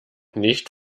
nicht